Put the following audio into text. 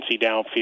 downfield